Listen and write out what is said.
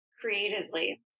Creatively